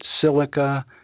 silica